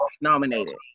nominated